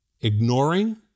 ignoring